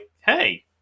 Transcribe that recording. hey